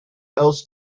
else